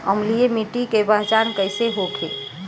अम्लीय मिट्टी के पहचान कइसे होखे?